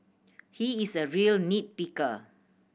he is a real nit picker